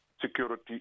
security